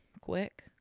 quick